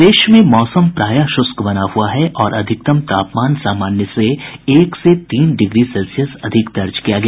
प्रदेश में मौसम प्रायः शुष्क बना हुआ है और अधिकतम तापमान सामान्य से एक से तीन डिग्री सेल्सियस अधिक दर्ज किया गया